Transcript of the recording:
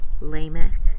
Lamech